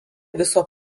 viso